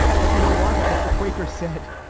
but you know what? as the quaker said,